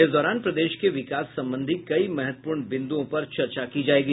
इस दौरान प्रदेश के विकास संबंधी कई महत्वपूर्ण बिंदुओं पर चर्चा की जायेगी